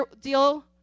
deal